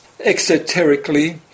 exoterically